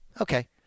Okay